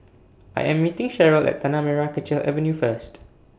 I Am meeting Sheryll At Tanah Merah Kechil Avenue First